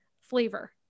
flavor